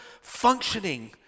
functioning